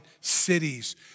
cities